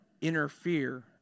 interfere